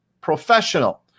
professional